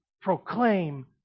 proclaim